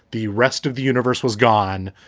the rest of the universe was gone.